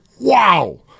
Wow